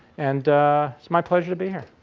and it's my pleasure to be here.